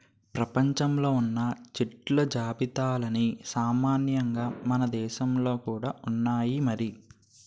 ప్రపంచంలో ఉన్న చెట్ల జాతులన్నీ సామాన్యంగా మనదేశంలో కూడా ఉన్నాయి మరి